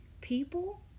people